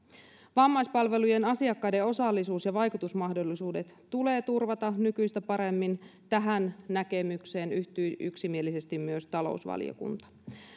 vammaispalvelujen asiakkaiden osallisuus ja vaikutusmahdollisuudet tulee turvata nykyistä paremmin tähän näkemykseen yhtyi yksimielisesti myös talousvaliokunta